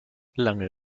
lange